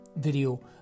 video